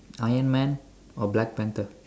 Iron Man or black panther